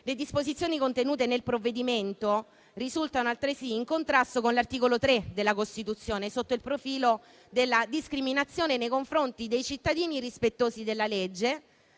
Le disposizioni contenute nel provvedimento risultano altresì in contrasto con l'articolo 3 della Costituzione sotto il profilo della discriminazione nei confronti dei cittadini rispettosi della legge